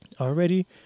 Already